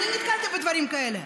אני נתקלתי בדברים כאלה.